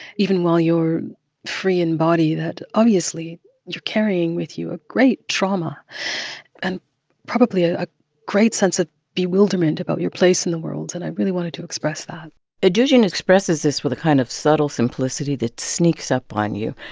even while you're free in body that obviously you're carrying with you a great trauma and probably ah a great sense of bewilderment about your place in the world. and i really wanted to express that edugyan expresses this with a kind of subtle simplicity that sneaks up on you.